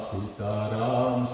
Sitaram